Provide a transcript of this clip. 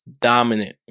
dominant